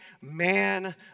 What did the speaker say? man